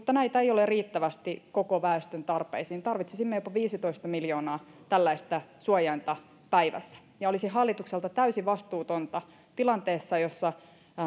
ole riittävästi koko väestön tarpeisiin tarvitsisimme jopa viisitoista miljoonaa tällaista suojainta päivässä ja olisi hallitukselta täysin vastuutonta tilanteessa jossa